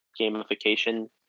gamification